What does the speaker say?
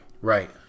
Right